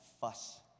fuss